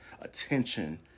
attention